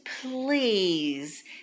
please